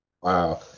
Wow